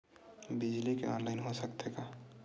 बिजली के ऑनलाइन हो सकथे का?